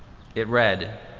it read,